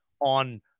on